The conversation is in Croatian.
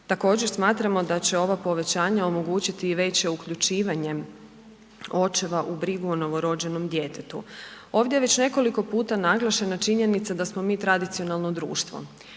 Također smatramo da će ovo povećanje omogućiti i veće uključivanje očeva u brigu o novorođenom djetetu. Ovdje je već nekoliko puta naglašena činjenica da smo mi tradicionalno društvo.